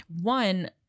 One